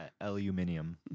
Aluminium